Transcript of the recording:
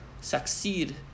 succeed